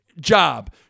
job